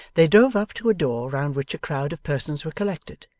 they drove up to a door round which a crowd of persons were collected,